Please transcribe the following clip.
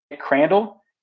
Crandall